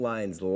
Lines